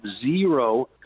zero